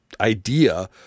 idea